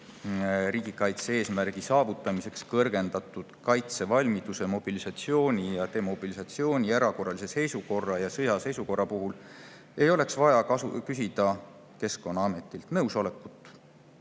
riigikaitse eesmärgi saavutamiseks kõrgendatud kaitsevalmiduse, mobilisatsiooni, demobilisatsiooni, erakorralise seisukorra ja sõjaseisukorra puhul ei oleks vaja küsida Keskkonnaametilt nõusolekut.